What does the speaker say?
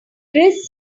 chris